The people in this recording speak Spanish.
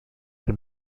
que